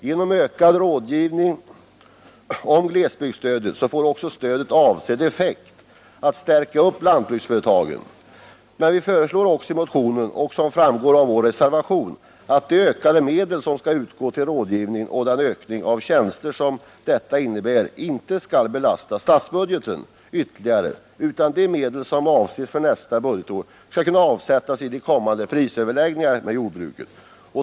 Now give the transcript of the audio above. Genom ökad rådgivning rörande glesbygdsstödet får stödet avsedd effekt, nämligen att stärka lantbruksföretagen. Men vi föreslår också i motionen, vilket framgår av vår reservation nr 1, att de ökade medel som skall utgå till rådgivningen och den ökning av tjänster som detta innebär inte skall belasta statsbudgeten ytterligare, utan de medel som avses för nästa budgetår skall kunna avsättas i de kommande prisöverläggningarna med jordbruket.